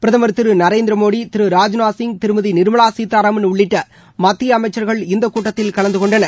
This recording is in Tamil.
பிரதமர் திரு நரேந்திரமோடி திரு ராஜ்நாத்சிங் திருமதி நிர்மலா சீத்தாராமன் உள்ளிட்ட மத்திய அமைச்சர்கள் இந்த கூட்டத்தில் கலந்துகொண்டனர்